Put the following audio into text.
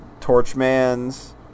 Torchman's